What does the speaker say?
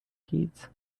keys